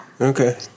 Okay